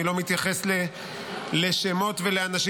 אני לא מתייחס לשמות ולאנשים,